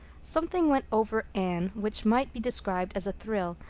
something went over anne which might be described as a thrill,